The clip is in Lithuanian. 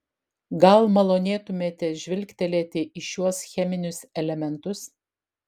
gal malonėtumėte žvilgtelėti į šiuos cheminius elementus